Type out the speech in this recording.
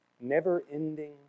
never-ending